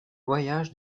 voyage